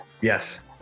Yes